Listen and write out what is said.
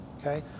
Okay